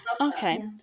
Okay